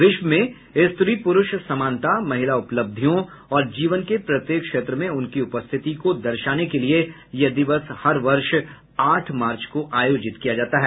विश्व में स्त्री पुरूष समानता महिला उपलब्धियों और जीवन के प्रत्येक क्षेत्र में उनकी उपस्थिति को दर्शाने के लिए यह दिवस हर वर्ष आठ मार्च को आयोजित किया जाता है